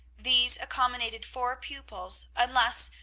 these accommodated four pupils, unless,